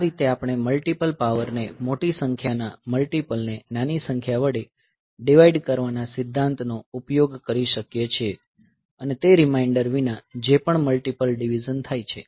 આ રીતે આપણે મલ્ટીપલ પાવર ને મોટી સંખ્યાના મલ્ટીપલને નાની સંખ્યા વડે ડીવાઈડ કરવાના સિદ્ધાંત નો ઉપયોગ કરી શકીએ છીએ અને રીમાઇન્ડર વિના જે પણ મલ્ટીપલ ડીવીઝન થાય છે